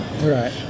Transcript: Right